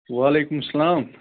وعلیکُم السَلام